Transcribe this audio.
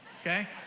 okay